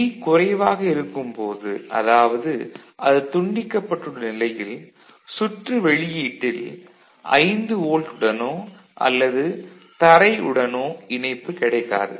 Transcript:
G குறைவாக இருக்கும்போது அதாவது அது துண்டிக்கப்பட்டுள்ள நிலையில் சுற்று வெளியீட்டில் 5 வோல்ட் உடனோ அல்லது தரை உடனோ இணைப்பு கிடைக்காது